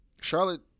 Charlotte